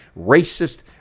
racist